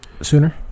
Sooner